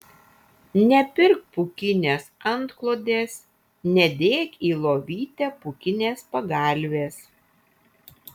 nepirk pūkinės antklodės nedėk į lovytę pūkinės pagalvės